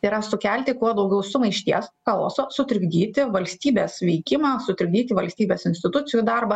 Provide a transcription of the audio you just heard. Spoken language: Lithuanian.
yra sukelti kuo daugiau sumaišties chaoso sutrikdyti valstybės veikimą sutrikdyti valstybės institucijų darbą